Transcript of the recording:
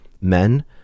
Men